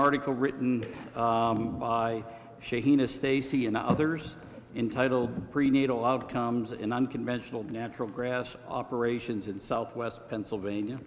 article written by shakiness stacy and others in titled prenatal outcomes in unconventional natural grass operations in southwest pennsylvania